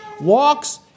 walks